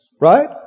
Right